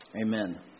Amen